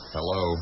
Hello